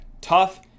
Tough